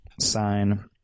sign